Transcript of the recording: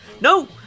no